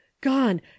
Gone